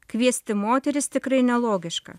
kviesti moteris tikrai nelogiška